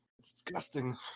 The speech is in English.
Disgusting